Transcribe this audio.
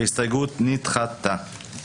ההסתייגות נדחתה.